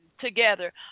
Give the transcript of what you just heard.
together